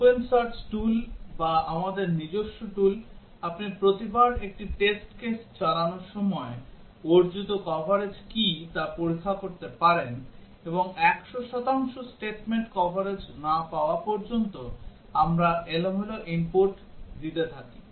Open search tool বা আমাদের নিজস্ব tool আপনি প্রতিবার একটি টেস্ট কেস চালানোর সময় অর্জিত কভারেজ কি তা পরীক্ষা করতে পারেন এবং 100 শতাংশ statement কভারেজ না পাওয়া পর্যন্ত আমরা এলোমেলো input দিতে থাকি